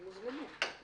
הם הוזמנו.